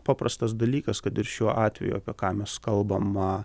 paprastas dalykas kad ir šiuo atveju apie ką mes kalbam